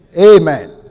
Amen